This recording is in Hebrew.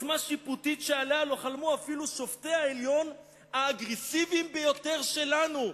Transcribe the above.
עוצמה שיפוטית שעליה לא חלמו אפילו שופטי העליון האגרסיביים ביותר שלנו.